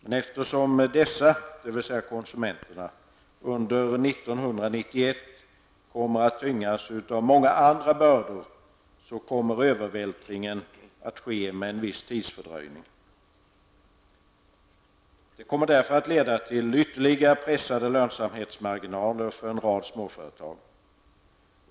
Men eftersom dessa, dvs. konsumenterna, under 1991 kommer att tyngas av många andra bördor kommer övervältringen att ske med en viss tidsfördröjning. Det kommer därför att leda till ännu mer pressade lönsamhetsmarginaler för en rad småföretag.